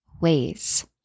ways